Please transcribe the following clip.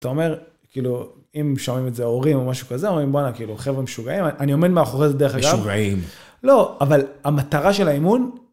אתה אומר, כאילו, אם שומעים את זה ההורים או משהו כזה, אומרים, בואנה, כאילו, חבר'ה משוגעים, אני עומד מאחורי זה דרך אגב. משוגעים. לא, אבל המטרה של האימון...